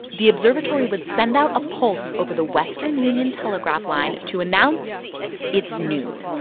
the observatory would send out a pulse over the western union telegraph line to announce it's noon.